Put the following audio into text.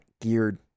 geared